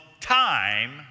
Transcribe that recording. time